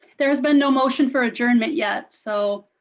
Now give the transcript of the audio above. there has been no motion for adjournment yet. so